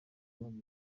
muri